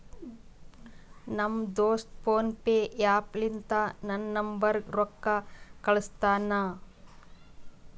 ನಮ್ ದೋಸ್ತ PhonePe app ಲಿಂತಾ ನನ್ ನಂಬರ್ಗ ರೊಕ್ಕಾ ಕಳ್ಸ್ಯಾನ್